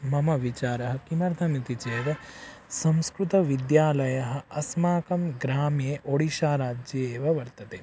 मम विचारः किमर्थमिति चेद् संस्कृतविद्यालयः अस्माकं ग्रामे ओडिशा राज्येव वर्तते